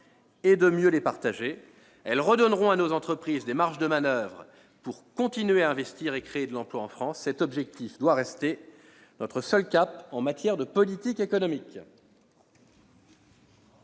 et de mieux les partager. Elles redonneront à nos entreprises des marges de manoeuvre pour continuer à investir et à créer de l'emploi en France. Tel doit être notre seul cap en matière de politique économique